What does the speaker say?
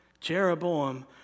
Jeroboam